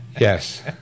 Yes